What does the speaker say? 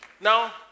Now